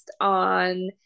on